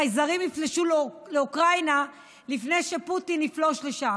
חייזרים יפלשו לאוקראינה לפני שפוטין יפלוש לשם.